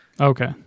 Okay